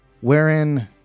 wherein